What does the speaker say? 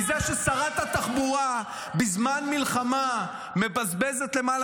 אבל --- מזה ששרת התחבורה בזמן מלחמה מבזבזת למעלה